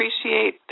appreciate